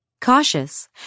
Cautious